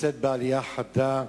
נמצאת בעלייה חדה.